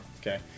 Okay